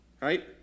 Right